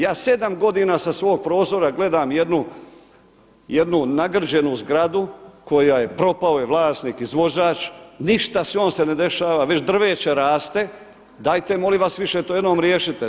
Ja sedam godina sa svog prozora gledam jednu nagrđenu zgradu kojoj je propao vlasnik, izvođač, ništa s njom se ne dešava, već drveće raste, dajte molim vas više to jednom riješite.